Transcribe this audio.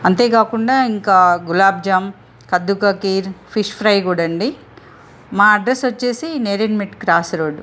అంతేకాకుండా ఇంకా గులాబ్ జామ్ కద్దూ కా ఖీర్ ఫిష్ ఫ్రై కూడా అండీ మా అడ్రస్ వచ్చేసి నేరేణ్మిట్ క్రాస్ రోడ్